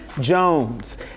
Jones